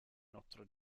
notre